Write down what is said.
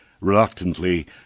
Reluctantly